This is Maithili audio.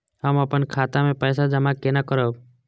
हम अपन खाता मे पैसा जमा केना करब?